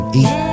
eat